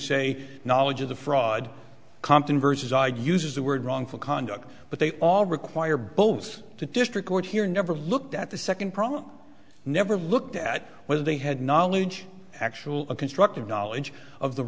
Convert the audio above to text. say knowledge of the fraud compton versus i uses the word wrongful conduct but they all require both the district court here never looked at the second problem never looked at whether they had knowledge actual a constructive knowledge of the